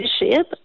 leadership